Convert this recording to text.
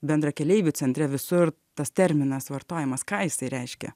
bendrakeleivių centre visur tas terminas vartojamas ką jisai reiškia reiškia